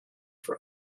from